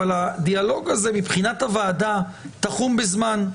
אבל הדיאלוג הזה מבחינת הוועדה תחום בזמן,